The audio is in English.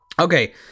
Okay